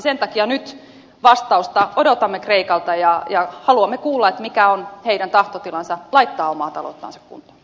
sen takia nyt vastausta odotamme kreikalta ja haluamme kuulla mikä on heidän tahtotilansa laittaa omaa talouttansa kuntoon